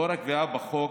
לאור הקביעה בחוק,